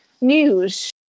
news